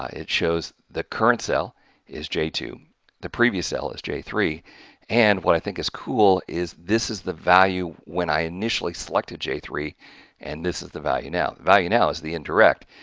it shows the current cell is j two the previous cell is j three and what i think is cool is this is the value when i initially selected j three and this is the value now. value now is the indirect,